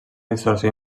distorsió